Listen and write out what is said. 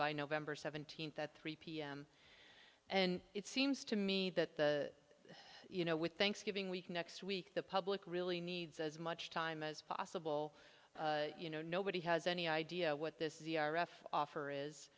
by november seventeenth at three pm and it seems to me that the you know with thanksgiving week next week the public really needs as much time as possible you know nobody has any idea what this is the r f offer is